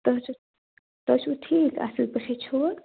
تُہۍ چھُو تۄہہِ چھُو ٹھیٖک اَصٕل پٲٹھی چھو